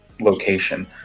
location